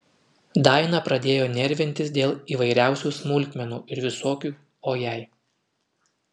daina pradėjo nervintis dėl įvairiausių smulkmenų ir visokių o jei